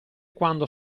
quando